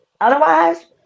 Otherwise